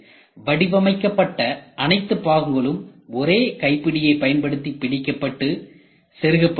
வடிவமைக்கப்பட்ட அனைத்து பாகங்களும் ஒரே கைப்பிடியை பயன்படுத்தி பிடிக்கப் பட்டு செருகப்படுகிறது